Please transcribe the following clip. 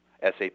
SAP